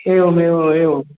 एवम् एवम् एवम्